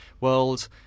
world